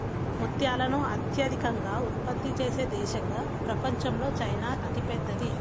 ముత్యాలను అత్యధికంగా ఉత్పత్తి చేసే దేశంగా ప్రపంచంలో చైనా అతిపెద్దది